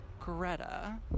Greta